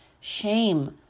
shame